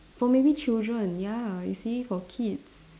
for maybe children ya you see for kids